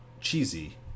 cheesy